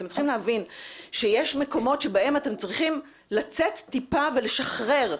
אתם צריכים להבין שיש מקומות שבהם אתם צריכים לצאת טיפה ולשחרר.